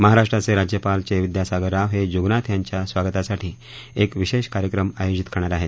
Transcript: महाराष्ट्राचे राज्यपाल चे विद्यासागर राव हे जुगनाथ यांच्या स्वागतासाठी एक विशेष कार्यक्रम आयोजित करणार आहेत